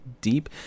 deep